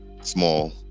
small